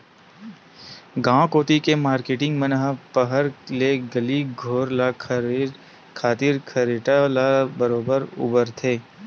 गांव कोती के मारकेटिंग मन ह पहट ले गली घोर ल खरेरे खातिर खरेटा ल बरोबर बउरथे